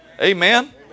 Amen